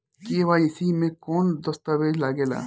KYC मे कौन दश्तावेज लागेला?